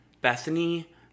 Bethany